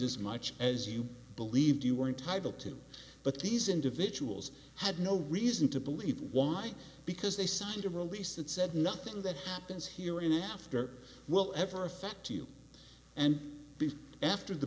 as much as you believed you were entitled to but these individuals had no reason to believe why because they signed a release that said nothing that happens here in the after will ever affect you and be after the